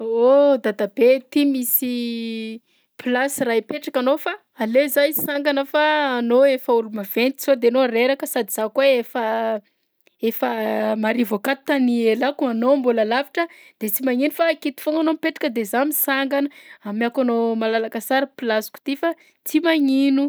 Ohh, dadabe! Ty misy plasy raha hipetraka anao fa aleo zaho hisangana fa anao efa olo maventy sao de anao reraka sady zaho koa efa efa marivo akato tany ialako, anao mbola lavitra de sy magnino fa aketo foagna anao mipetraka de za misangana, amiàko anao malalaka sara plasiko ty fa tsy magnino!